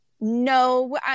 No